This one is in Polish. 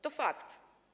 To fakt.